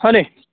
হয়নি